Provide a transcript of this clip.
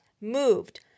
moved